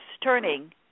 turning